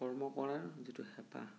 কৰ্ম কৰাৰ যিটো হেঁপাহ